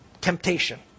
Temptation